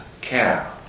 care